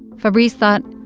fabrice thought,